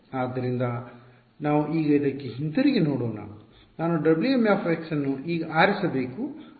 ಆದ್ದರಿಂದ ನಾವು ಈಗ ಇದಕ್ಕೆ ಹಿಂತಿರುಗಿ ನೋಡೋಣ ನಾನು Wm ಅನ್ನು ಈಗ ಆರಿಸಬೇಕು